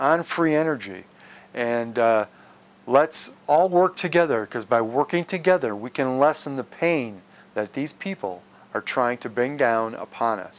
on free energy and let's all work together by working together we can lessen the pain that these people are trying to bring down upon us